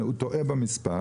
וכולי, הוא טועה במספר